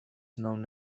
known